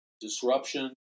disruption